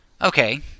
okay